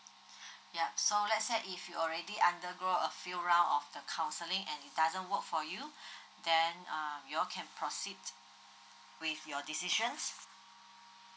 yup so let's say if you already undergo a few rounds of the counselling and it doesn't work for you then um you all can proceed with your decisions